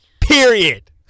period